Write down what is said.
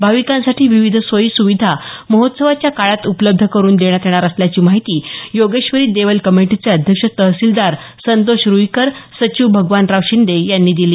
भाविकांसाठी विविध सोयी सुविधा महोत्सवाच्या काळात उपलब्ध करून देण्यात येणार असल्याची माहिती योगेश्वरी देवल कमिटीचे अध्यक्ष तहसीलदार संतोष रूईकर सचिव भगवानराव शिंदे यांनी दिली